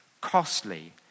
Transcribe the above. Costly